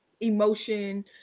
emotion